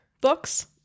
books